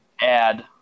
add